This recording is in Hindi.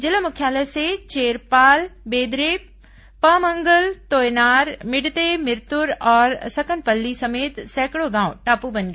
जिला मुख्यालय से चेरपाल बेदरे पमंगल तोयनार मिडते मिरतुर और सकनपल्ली समेत सैकड़ों गांव टापू बन गए हैं